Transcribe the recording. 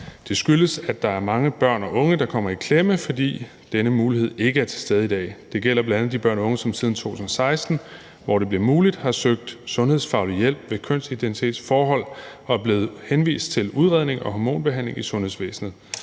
Det skyldes, at der er mange børn og unge, der kommer i klemme, fordi denne mulighed ikke er til stede i dag. Det gælder bl.a. de børn og unge, som siden 2016, hvor det blev muligt, har søgt sundhedsfaglig hjælp ved kønsidentitetsforhold og er blevet henvist til udredning og hormonbehandling i sundhedsvæsenet,